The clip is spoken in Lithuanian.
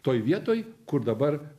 toj vietoj kur dabar